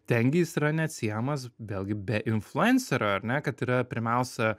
ten jis yra neatsiejamas vėlgi be influencerio ar ne kad yra pirmiausia